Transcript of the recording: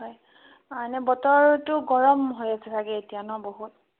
হয় আ ইনে বতৰটো গৰম হৈ আছে চাগৈ এতিয়া ন' বহুত